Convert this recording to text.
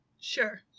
Sure